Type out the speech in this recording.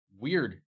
Weird